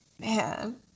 man